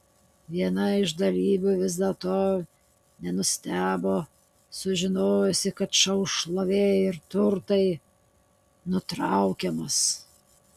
viena iš dalyvių vis dėlto nenustebo sužinojusi kad šou šlovė ir turtai nutraukiamas